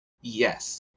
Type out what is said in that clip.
Yes